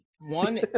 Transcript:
one